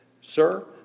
sir